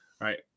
Right